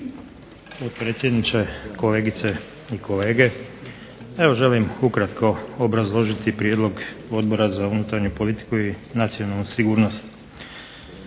Potpredsjedniče, kolegice i kolege. Želim ukratko obrazložiti prijedlog Odbora za unutarnju politiku i nacionalnu sigurnost.